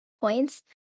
points